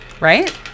right